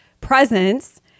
presence